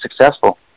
successful